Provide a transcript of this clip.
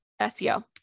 SEO